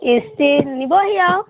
ইষ্ট্ৰি নিবহি আৰু